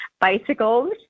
bicycles